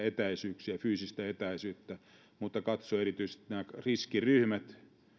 etäisyyksiä fyysistä etäisyyttä mutta katsoa erityisesti nämä riskiryhmät